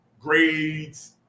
grades